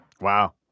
Wow